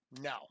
no